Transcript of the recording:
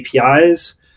API's